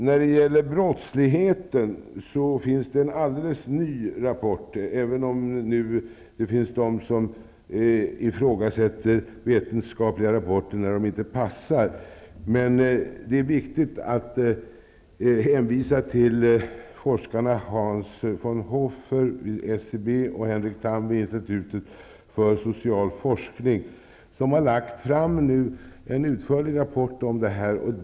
När det gäller brottsligheten finns det en alldeles ny rapport, även om det finns de som ifrågasätter vetenskapliga rapporter när de inte passar. Men det är viktigt att hänvisa till forskarna Hans von Hofer vid SCB och Henrik Tham vid institutet för social forskning, som har lagt fram en utförlig rapport om detta.